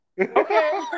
Okay